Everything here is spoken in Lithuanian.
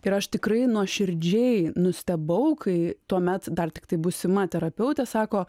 ir aš tikrai nuoširdžiai nustebau kai tuomet dar tiktai būsima terapeutė sako